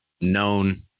known